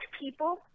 people